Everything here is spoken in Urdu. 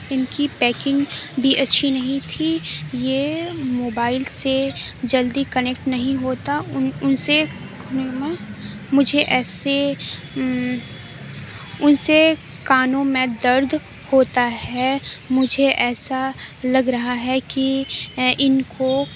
ان کی پیکنگ بھی اچھی نہیں تھی یہ موبائل سے جلدی کنیکٹ نہیں ہوتا ان ان سے مجھے ایسے اس سے کانوں میں درد ہوتا ہے مجھے ایسا لگ رہا ہے کی ان کو